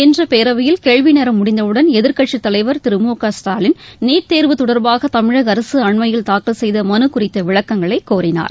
இன்று பேரவையில் கேள்விநேரம் முடிந்தவுடன் எதிர்க்கட்சித்தலைவர் திரு முகஸ்டாலின் நீட் தேர்வு தொடர்பாக தமிழக அரசு அண்மையில் தாக்கல் செய்த மனு குறித்த விளக்கங்களை கோரினார்